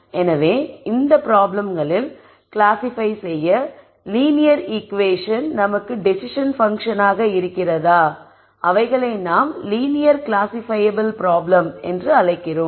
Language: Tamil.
எனவே எந்த ப்ராப்ளம்களில் கிளாஸிபை செய்ய லீனியர் ஈகுவேஷன் நமக்கு டெஸிஸன் பன்ஃஷன் ஆக இருக்கிறதோ அவைகளை நாம் லீனியர் கிளாசிபையபிள் ப்ராப்ளம் என்று அழைக்கிறோம்